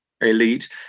elite